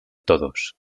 todos